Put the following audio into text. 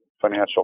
financial